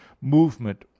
movement